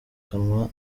kanwa